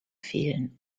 fehlen